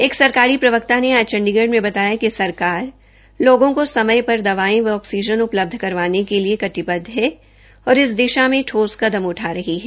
एक सरकारी प्रवक्ता ने आज चंडीगढ़ में बताया कि सरकार लोगों को समय पर दवाएं एवं ऑक्सीजन उपलब्ध करवाने के लिए कटिबद्घ है और इस दिशा में ठोस कदम उठा रही है